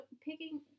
picking